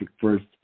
first